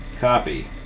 copy